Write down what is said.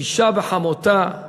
אישה בחמותה,